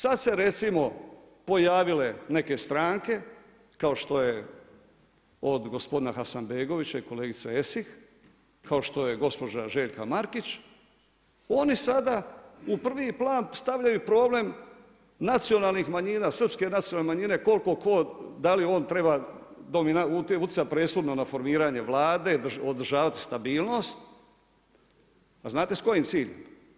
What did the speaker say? Sada su se recimo pojavile neke stranke kao što je od gospodina Hasanbegovića i kolegice Esih kao što je gospođa Željka Markić oni sada u prvi plan stavljaju problem nacionalnih manjina, Srpske nacionalne manjine koliko tko da li on treba … presudno na formiranje Vlade, održavati stabilnost, a znate s kojim ciljem?